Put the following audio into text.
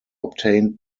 obtained